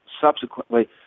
subsequently